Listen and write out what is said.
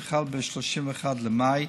שחל ב-31 במאי,